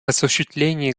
осуществлении